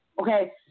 okay